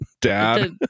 dad